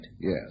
Yes